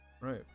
right